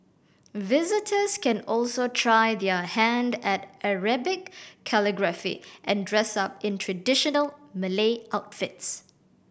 visitors can also try their hand at Arabic calligraphy and dress up in traditional Malay outfits